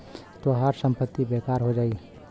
तोहार संपत्ति बेकार हो जाई